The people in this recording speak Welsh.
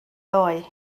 ddoe